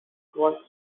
what’s